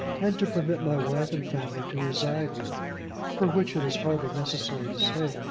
and to permit my wife and family to reside here for which it is hardly necessary to say,